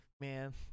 man